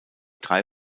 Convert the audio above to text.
drei